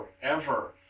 forever